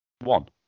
One